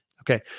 Okay